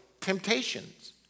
temptations